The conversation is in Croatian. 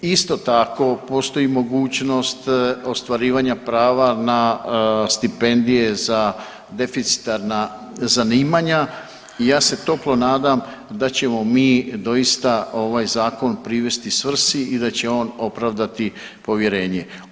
Isto tako postoji mogućnost ostvarivanja prava na stipendije za deficitarna zanimanja i ja se toplo nadam da ćemo mi doista ovaj zakon privesti svrsi i da će on opravdati povjerenje.